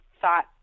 thought